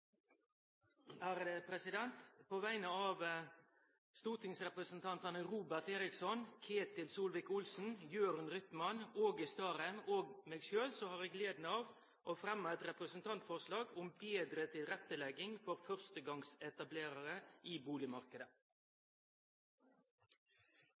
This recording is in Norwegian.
På vegner av stortingsrepresentantane Robert Eriksson, Ketil Solvik-Olsen, Jørund Rytman, Åge Starheim og meg sjølv har eg gleda av å fremje eit representantforslag «om bedre tilrettelegging for førstegangsetablerere i